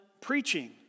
preaching